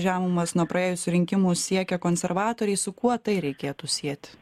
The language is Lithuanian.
žemumas nuo praėjusių rinkimų siekia konservatoriai su kuo tai reikėtų sieti